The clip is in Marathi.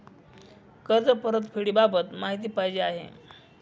कर्ज परतफेडीबाबत माहिती पाहिजे आहे